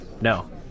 No